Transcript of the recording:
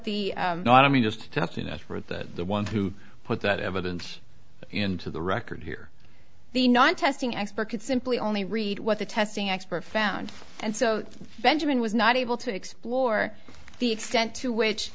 effort that the one who put that evidence into the record here the nine testing expert could simply only read what the testing expert found and so benjamin was not able to explore the extent to which